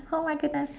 oh my goodness